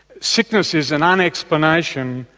sickness is an unexplanation,